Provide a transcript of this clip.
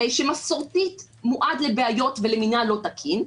שמסורתית מועד לבעיות ולמינהל לא תקין,